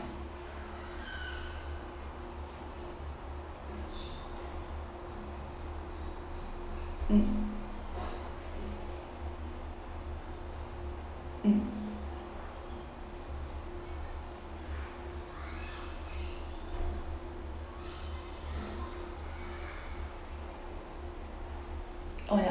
mm mm oh ya